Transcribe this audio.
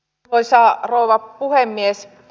arvoisa rouva puhemies